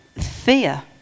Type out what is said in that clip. fear